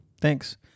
Thanks